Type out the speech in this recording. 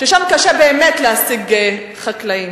ששם קשה באמת להשיג חקלאים.